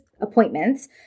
appointments